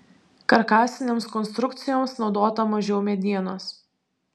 karkasinėms konstrukcijoms naudota mažiau medienos